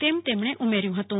તેમ તેમણે ઉમેર્યું હતું